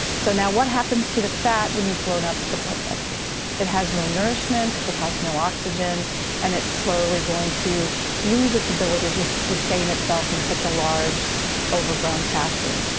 so now what happens to the fat when you've blown up the blood vessels? it has no nourishment, it has no oxygen and it's slowly going to lose its ability to sustain itself in such a large overgrown fashion.